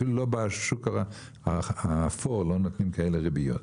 אפילו בשוק האפור לא נותנים כאלה ריביות.